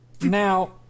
Now